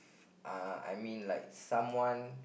uh I mean like someone